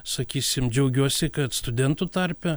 sakysim džiaugiuosi kad studentų tarpe